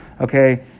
Okay